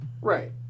Right